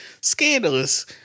Scandalous